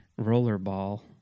Rollerball